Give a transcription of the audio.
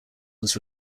was